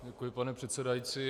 Děkuji, pane předsedající.